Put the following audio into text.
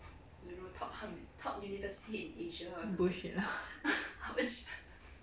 bullshit lah